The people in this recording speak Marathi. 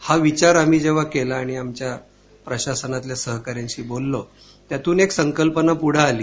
हा विचार आम्ही जेव्हा केला आणि आमच्या प्रशासनातल्या सहकाऱ्यांशी बोललो त्यातून एक संकल्पना पुढं आली